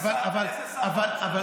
איזה שר,